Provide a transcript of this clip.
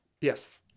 Yes